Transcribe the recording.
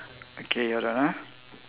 okay hold on ah